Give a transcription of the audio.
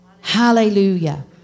Hallelujah